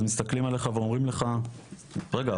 מסתכלים עליך ואומרים לך: ״רגע,